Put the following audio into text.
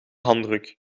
handdruk